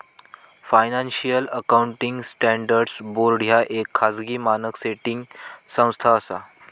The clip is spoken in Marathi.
फायनान्शियल अकाउंटिंग स्टँडर्ड्स बोर्ड ह्या येक खाजगी मानक सेटिंग संस्था असा